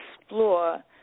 explore